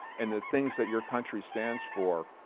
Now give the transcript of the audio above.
and the things that your country stands for.